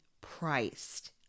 priced